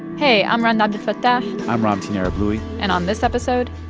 hey, i'm rund abdelfatah i'm ramtin arablouei and on this episode.